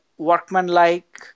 workmanlike